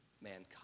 mankind